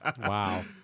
Wow